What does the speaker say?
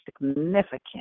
significant